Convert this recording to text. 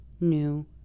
new